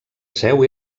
seu